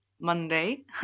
monday